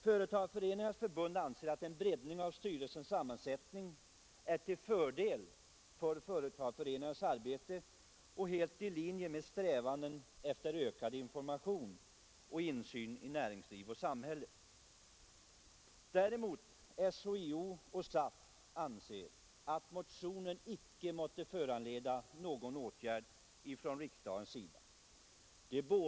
Företagareföreningarnas förbund anser att en breddning av styrelsens sammansättning är till fördel för företagareföreningarnas arbete och helt i linje med strävanden efter ökad information och insyn i näringsliv och samhälle. SHIO och SAF anser däremot att motionen inte måtte föranleda någon åtgärd från riksdagens sida.